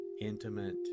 intimate